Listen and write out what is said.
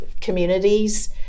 communities